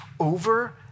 Over